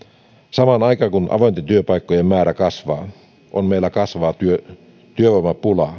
samaan aikaan kun avointen työpaikkojen määrä kasvaa on meillä kasvava työvoimapula